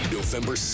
November